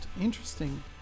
interesting